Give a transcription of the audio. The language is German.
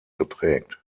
geprägt